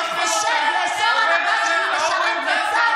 שחיבבתם אותה,